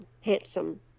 Handsome